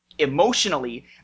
emotionally